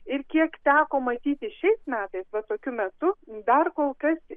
ir kiek teko matyti šiais metais va tokiu metu dar kol kas